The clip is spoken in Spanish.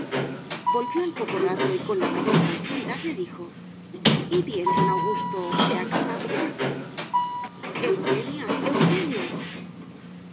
volvió al poco rato y con la mayor tranquilidad le dijo y bien don augusto se ha calmado ya eugenia eugenia